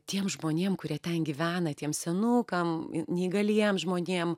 tiem žmonėm kurie ten gyvena tiem senukam neįgaliem žmonėm